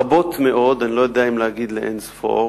רבות מאוד, אני לא יודע אם להגיד לאין-ספור,